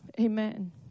amen